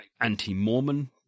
anti-Mormon